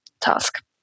task